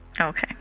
okay